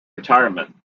retirement